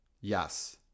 Yes